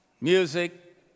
music